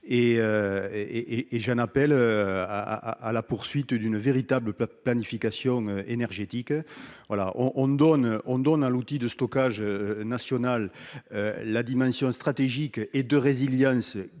et j'en appelle à la poursuite d'une véritable planification énergétique. L'outil de stockage national se voit offrir la dimension stratégique et de résilience